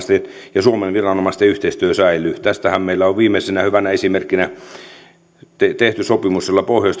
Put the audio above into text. ja suomen viranomaisten yhteistyö säilyy tästähän meillä on viimeisenä hyvänä esimerkkinä tehty sopimus jolla pohjoisten